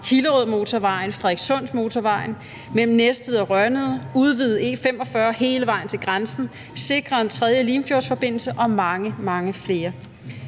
Hillerødmotorvejen, Frederikssundmotorvejen, mellem Næstved og Rønnede, udvide E45 hele vejen til grænsen, sikre en tredje Limfjordsforbindelse og meget, meget